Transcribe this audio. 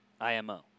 IMO